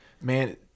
Man